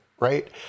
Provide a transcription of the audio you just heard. Right